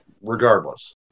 regardless